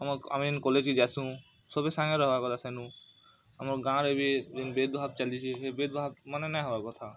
ଆମ ଆମେ ଇନ୍ କଲେଜ୍ କେ ଯାଇସୁ ସବୁ ସାଙ୍ଗରେ ରହିବାକେ ସେନୁ ଆମ ଗାଁ ରେ ବି ଭେଦ ଭାବ ଚାଲିଛି ହେ ଭେଦ ଭାବ ମାନେ ନାଇଁ ହବା କଥା